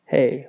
Hey